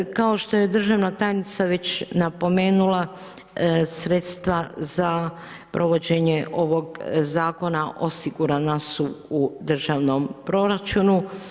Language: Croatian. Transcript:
Kao što je državna tajnica već napomenula, sredstva, za provođenje ovog zakona osigurana su u državnom proračunu.